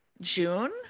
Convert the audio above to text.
June